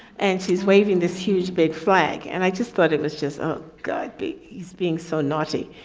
and she's waving this huge big flag and i just thought it was just a good beat. he's being so naughty.